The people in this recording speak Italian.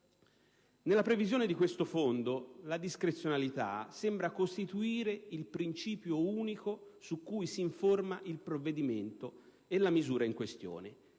Nella previsione di questo Fondo la discrezionalità sembra costituire il principio unico su cui si informa il provvedimento e la misura in questione.